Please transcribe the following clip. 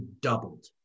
doubled